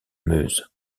meuse